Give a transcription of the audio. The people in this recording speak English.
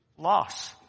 loss